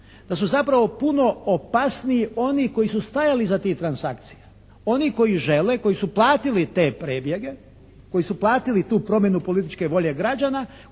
Da su zapravo puno opasniji oni koji su stajali iza tih transakcija. Oni koji žele, koji su platili te prebjege, koji su platili tu promjenu političku volju građana,